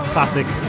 Classic